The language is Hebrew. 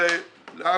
להבדיל,